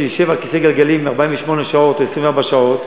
שישב על כיסא גלגלים 48 שעות או 24 שעות,